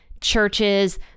churches